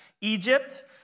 Egypt